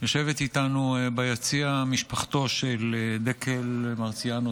יושבת איתנו ביציע משפחתו של דקל מרציאנו,